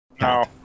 No